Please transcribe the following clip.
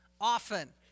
often